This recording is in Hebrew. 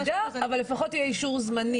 שלפחות יהיה אישור זמני.